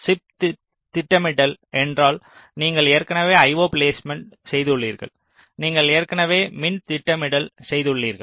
chip திட்டமிடல் என்றால் நீங்கள் ஏற்கனவே io பிலேஸ்மேன்ட் செய்துள்ளீர்கள் நீங்கள் ஏற்கனவே மின் திட்டமிடல் செய்துள்ளீர்கள்